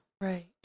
Right